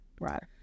Right